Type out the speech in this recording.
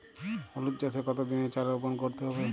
হলুদ চাষে কত দিনের চারা রোপন করতে হবে?